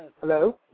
Hello